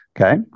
okay